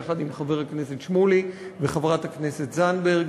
יחד עם חבר הכנסת שמולי וחברת הכנסת זנדברג,